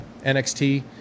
NXT